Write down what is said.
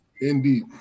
Indeed